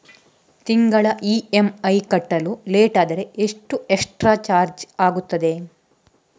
ತಿಂಗಳ ಇ.ಎಂ.ಐ ಕಟ್ಟಲು ಲೇಟಾದರೆ ಎಷ್ಟು ಎಕ್ಸ್ಟ್ರಾ ಚಾರ್ಜ್ ಆಗುತ್ತದೆ?